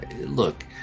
look